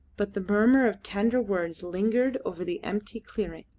but the murmur of tender words lingered over the empty clearing,